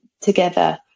together